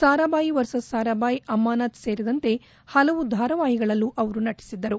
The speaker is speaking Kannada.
ಸಾರಾಭಾಯ್ ವರ್ಸ್ ಸ್ ಸಾರಾಭಾಯ್ ಅಮಾನತ್ ಸೇರಿದಂತೆ ಹಲವು ಧಾರವಾಹಿಗಳಲ್ಲೂ ಅವರು ನಟಿಒದ್ದರು